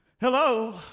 Hello